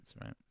right